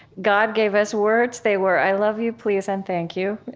god gave us words, they were i love you, please, and thank you